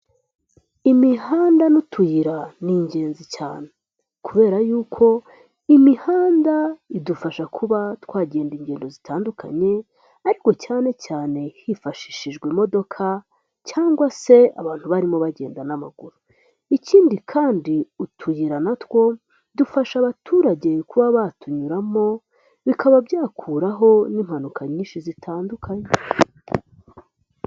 Imihanda n'utuyira ni ingenzi cyane kubera yuko, imihanda idufasha kuba twagenda ingendo zitandukanye ariko cyane cyane hifashishijwe imodoka, cyangwa se abantu barimo bagenda n'amaguru, ikindi kandi utuyira natwo dufasha abaturage kuba batunyuramo bikaba byakuraho n'impanuka nyinshi zitandukanye.